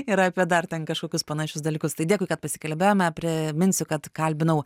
ir apie dar ten kažkokius panašius dalykus tai dėkui kad pasikalbėjome priminsiu kad kalbinau